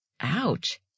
ouch